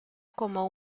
como